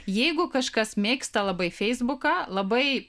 jeigu kažkas mėgsta labai feisbuką labai